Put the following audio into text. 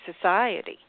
society